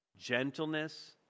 gentleness